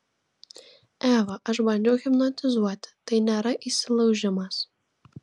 eva aš bandžiau hipnotizuoti tai nėra įsilaužimas